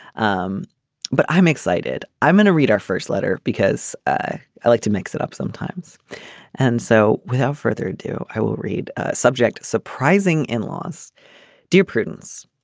um but i'm excited i'm going to read our first letter because i i like to mix it up sometimes and so without further ado i will read a subject surprising in los dear prudence.